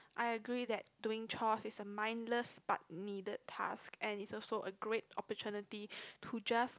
I agree that doing chores is a mindless but needed task and it's also a great opportunity to just